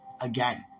again